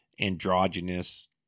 androgynous